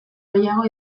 gehiago